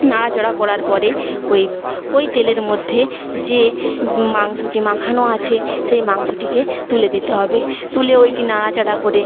নাড়াচাড়া করার পরে ওই ওই তেলের মধ্যে যে মাংসটি মাখানো আছে সেই মাংসটিকে তুলে দিতে হবে তুলে ওটি নাড়াচাড়া করে